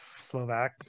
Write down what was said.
Slovak